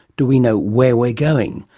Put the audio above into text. do we know where we're going?